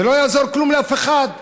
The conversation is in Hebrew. זה לא יעזור כלום לאף אחד.